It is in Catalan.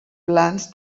plans